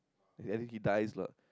and then he dies lah